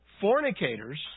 fornicators